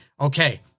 Okay